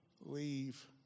leave